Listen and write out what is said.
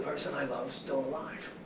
person i love still alive?